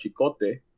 Chicote